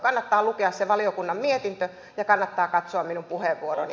kannattaa lukea se valiokunnan mietintö ja kannattaa katsoa minun puheenvuoroni